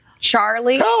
Charlie